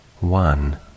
one